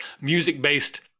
music-based